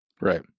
Right